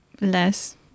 Less